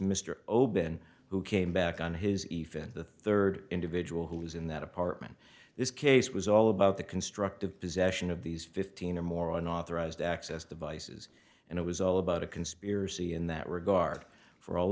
o'brien who came back on his event the third individual who was in that apartment this case was all about the constructive possession of these fifteen or more unauthorized access devices and it was all about a conspiracy in that regard for all